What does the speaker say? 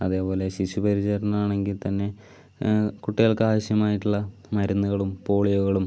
അതേപോലെ ശിശു പരിചരണമാണെങ്കിൽ തന്നെ കുട്ടികൾക്കാവശ്യമായിട്ടുള്ള മരുന്നുകളും പോളിയോകളും